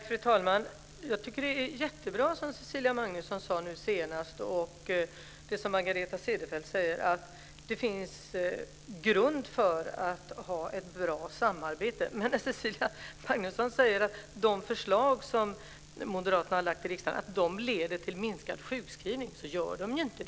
Fru talman! Jag tycker det som Cecilia Magnusson sade nu senast och det som Margareta Cederfelt säger är jättebra, dvs. att det finns en grund för ett bra samarbete. Men Cecilia Magnusson säger att de förslag som moderaterna har lagt i riksdagen leder till minskad sjukskrivning. Det gör de inte.